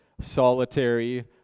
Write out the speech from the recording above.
Solitary